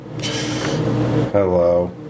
Hello